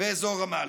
באזור רמאללה,